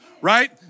Right